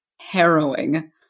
harrowing